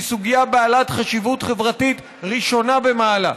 שהיא סוגיה בעלת חשיבות חברתית ראשונה במעלה.